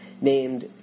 named